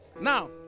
Now